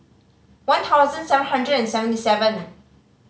one thousand seven hundred and seventy seven